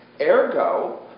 Ergo